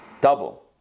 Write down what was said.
double